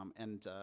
um and